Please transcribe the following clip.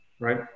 right